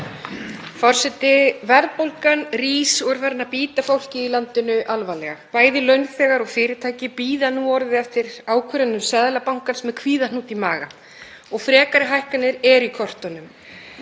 Forseti. Verðbólgan rís og er farin að bíta fólkið í landinu alvarlega. Bæði launþegar og fyrirtæki bíða núorðið eftir ákvörðunum Seðlabankans með kvíðahnút í maga og frekari hækkanir eru í kortunum.